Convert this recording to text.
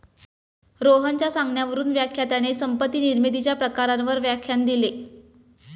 रोहनच्या सांगण्यावरून व्याख्यात्याने संपत्ती निर्मितीच्या प्रकारांवर व्याख्यान दिले